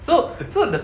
so so the